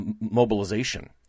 mobilization